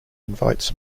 invites